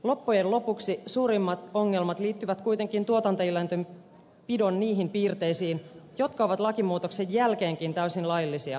loppujen lopuksi suurimmat ongelmat liittyvät kuitenkin tuotantoeläinten pidon niihin piirteisiin jotka ovat lakimuutoksen jälkeenkin täysin laillisia